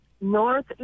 North